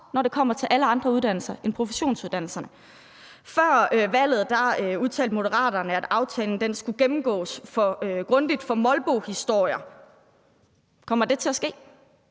når det kommer til alle andre uddannelser end professionsuddannelserne. Før valget udtalte Moderaterne, at aftalen skulle gennemgås grundigt for molbohistorier. Kommer det til at ske?